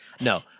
No